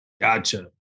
Gotcha